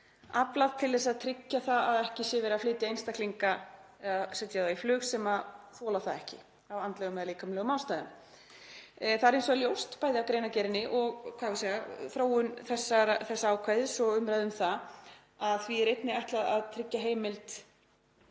aflað til að tryggja að ekki sé verið að setja einstaklinga í flug sem þola það ekki af andlegum eða líkamlegum ástæðum. Það er hins vegar ljóst, bæði af greinargerðinni og þróun þessa ákvæðis og umræðu um það, að því er einnig ætlað að tryggja heimild